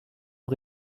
aux